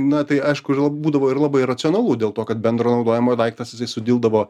na tai aišku būdavo ir labai racionalu dėl to kad bendro naudojimo daiktas jisai sudildavo